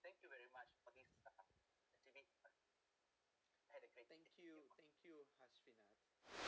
thank you very much for this uh debate thank you thank you hashwena